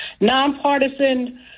Nonpartisan